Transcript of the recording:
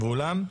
ואולם,